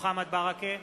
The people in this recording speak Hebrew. מוחמד ברכה,